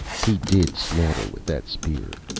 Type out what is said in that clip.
he did slaughter with that spear.